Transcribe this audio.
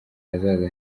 ahazaza